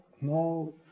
no